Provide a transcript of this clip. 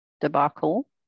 debacle